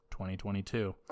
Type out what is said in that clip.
2022